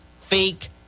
fake